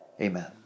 amen